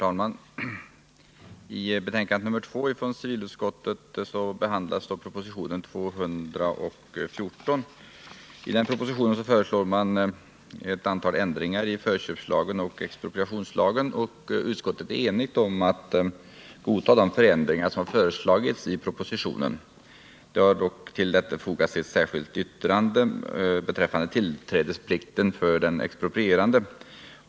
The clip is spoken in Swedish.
Herr talman! I civilutskottets betänkande nr 2 behandlas propositionen 214. I den propositionen föreslås ett antal ändringar i förköpslagen och expropriationslagen, och utskottet är enigt om att godta dessa förändringar. Det har dock till betänkandet fogats ett särskilt yttrande beträffande tillträdesplikt för den exproprierande.